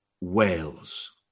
Wales